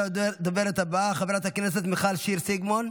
הדוברת הבאה, חברת הכנסת מיכל שיר סגמן,